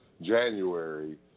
January